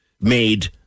made